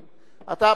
אתה,